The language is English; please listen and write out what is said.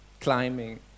climbing